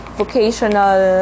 vocational